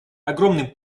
огромным